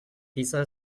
pizza